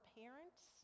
parents